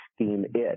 STEAMIT